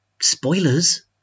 spoilers